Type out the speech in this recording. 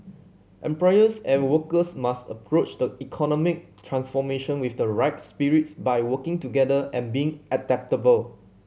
employers and workers must approach the economic transformation with the right spirits by working together and being adaptable